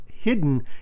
hidden